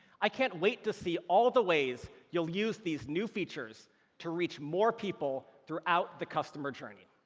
i can't wait to see all the ways you'll use these new features to reach more people throughout the customer journey.